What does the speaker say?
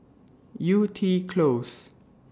Yew Tee Close